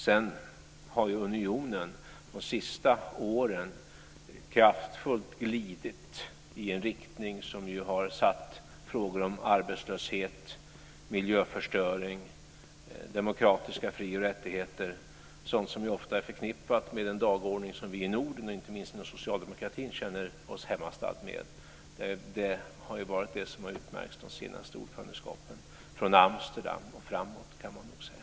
Unionen har de sista åren kraftfullt glidit i en riktning som har satt i fokus frågor om arbetslöshet, miljöförstöring och demokratiska fri och rättigheter, frågor som ju ofta är förknippade med den dagordning som vi i Norden, inte minst inom socialdemokratin, känner oss hemmastadda med. Det har ju varit detta som har utmärkt de senaste ordförandeskapen, från Amsterdam och framåt, kan man säga.